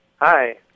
Hi